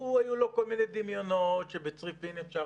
היו לו כל מיני דמיונות שבצריפין אפשר